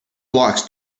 blocks